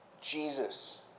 Jesus